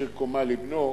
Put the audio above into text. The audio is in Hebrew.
משאיר קומה לבנו,